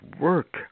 work